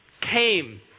came